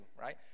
right